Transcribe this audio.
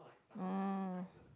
oh